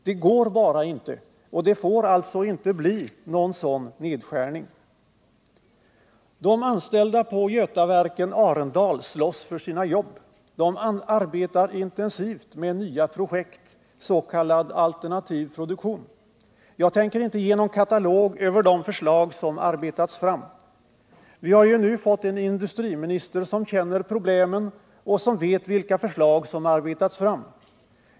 Det går inte, och det får alltså inte ske någon sådan nedskärning. De anställda på Götaverken och Arendal slåss för sina jobb. De arbetar intensivt med nya projekt, s.k. alternativ produktion. Jag tänker inte ge någon katalog över de förslag som arbetats fram. Vi har ju nu fått en industriminister som känner problemen och som vet vilka förslag som arbetats fram.